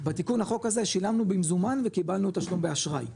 בתיקון החוק הזה שילמנו במזומן וקיבלנו תשלום באשראי נכון?